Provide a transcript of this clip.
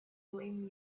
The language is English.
blame